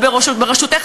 ובראשותך,